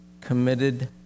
committed